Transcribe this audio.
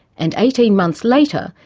and eighteen months later,